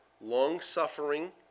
long-suffering